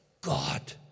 God